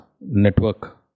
network